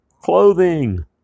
clothing